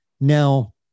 Now